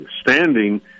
standing